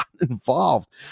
involved